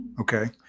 Okay